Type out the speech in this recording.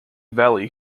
valley